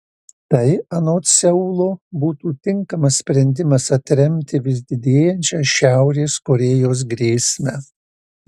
tai anot seulo būtų tinkamas sprendimas atremti vis didėjančią šiaurės korėjos grėsmę